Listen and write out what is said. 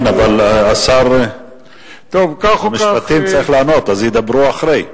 כן, אבל שר המשפטים צריך לענות, אז ידברו אחרי.